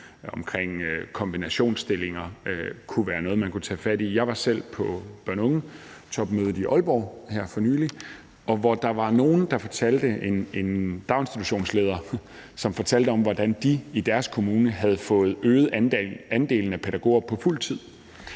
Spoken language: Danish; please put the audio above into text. og kombinationsstillinger kunne være noget, man kunne tage fat i. Jeg var selv på Børn & Unge Topmødet 2022 i Aalborg her for nylig, hvor der var en daginstitutionsleder, som fortalte om, hvordan de i deres kommune havde fået øget andelen af pædagoger på fuldtid